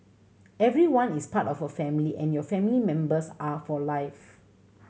everyone is part of a family and your family members are for life